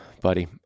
buddy